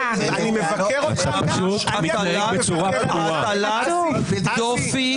אל תטיל דופי.